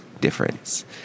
difference